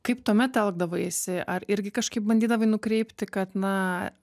kaip tuomet elgdavosi ar irgi kažkaip bandydavai nukreipti kad na